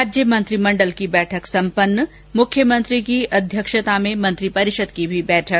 राज्य मंत्रीमंडल की बैठक सम्पन्न मुख्यमंत्री की अध्यक्षता में मंत्रिपरिषद की भी बैठक